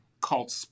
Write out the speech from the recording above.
called